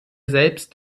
selbst